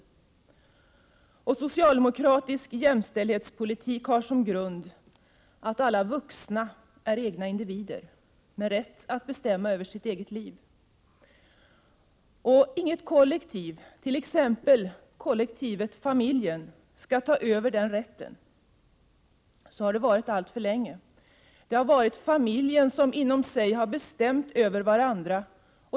Socialdemokratisk jämställdhetspolitik har som grund att alla vuxna är egna individer, med rätt att bestämma över sitt eget liv. Inget kollektiv, t.ex. kollektivet familjen, skall ta över den rätten. Så har det varit alltför länge. Det har varit familjer som inom sig har bestämt över varandra.